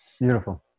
Beautiful